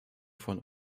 von